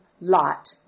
Lot